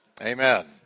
Amen